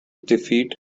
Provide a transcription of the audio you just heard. defeat